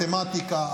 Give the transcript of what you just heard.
מתמטיקה,